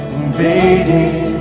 invading